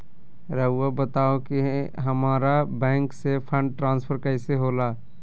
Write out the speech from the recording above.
राउआ बताओ कि हामारा बैंक से फंड ट्रांसफर कैसे होला?